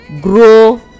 grow